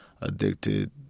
addicted